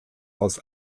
aus